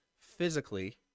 physically